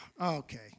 Okay